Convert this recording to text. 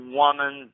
woman